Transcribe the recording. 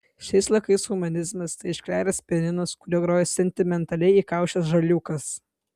šiais laikais humanizmas tai iškleręs pianinas kuriuo groja sentimentaliai įkaušęs žaliūkas